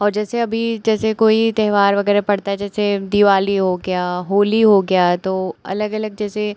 और जैसे अभी जैसे कोई त्यौहार वग़ैरह पड़ता है जैसे दिवाली हो गई होली हो गया तो अलग अलग जैसे